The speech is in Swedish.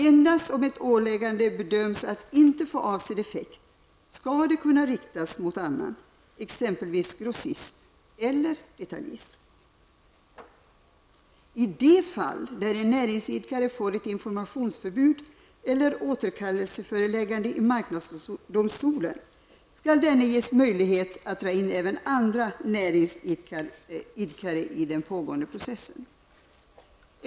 Endast om ett åläggande bedöms inte få avsedd effekt skall det kunna riktas mot annan, exempelvis grossist eller detaljist. I de fall där en näringsidkare får ett informationseller återkallelseföreläggande i marknadsdomstolen, skall denne ges möjlighet att dra in även andra näringsidkare i den pågående processen.